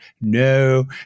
No